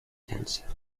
dancer